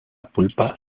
pulpa